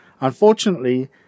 unfortunately